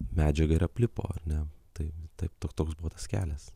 medžiaga ir aplipo ar ne taip taip to toks buvo tas kelias